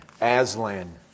Aslan